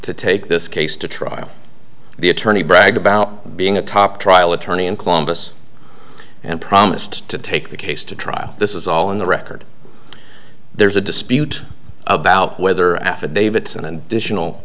to take this case to trial the attorney bragged about being a top trial attorney in columbus and promised to take the case to trial this is all in the record there's a dispute about whether affidavits and